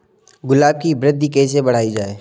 गुलाब की वृद्धि कैसे बढ़ाई जाए?